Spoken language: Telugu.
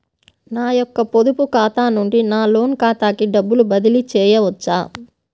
నా యొక్క పొదుపు ఖాతా నుండి నా లోన్ ఖాతాకి డబ్బులు బదిలీ చేయవచ్చా?